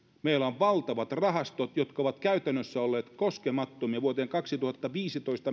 meillä on valtavat rahastot jotka ovat käytännössä olleet koskemattomia vuoteen kaksituhattaviisitoista